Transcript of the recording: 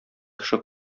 кеше